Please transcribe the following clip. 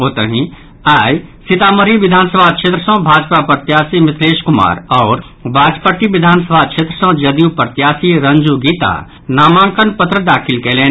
ओतहि आई सीतामढ़ी विधानसभा क्षेत्र सँ भाजपा प्रत्याशी मिथिलेश कुमार आओर बाजपट्टी विधानसभा क्षेत्र सँ जदयू प्रत्याशी रंजू गीता नामांकन पत्र दाखिल कयलनि